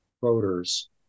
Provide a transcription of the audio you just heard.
voters